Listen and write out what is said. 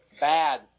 Bad